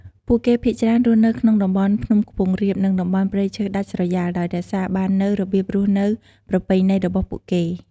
ពួកគេភាគច្រើនរស់នៅក្នុងតំបន់ភ្នំខ្ពង់រាប និងតំបន់ព្រៃឈើដាច់ស្រយាល ដោយរក្សាបាននូវរបៀបរស់នៅប្រពៃណីរបស់ពួកគេ។